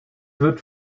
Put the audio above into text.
wird